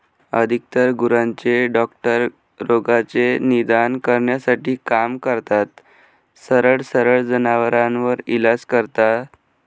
अधिकतर गुरांचे डॉक्टर रोगाचे निदान करण्यासाठी काम करतात, सरळ सरळ जनावरांवर इलाज करता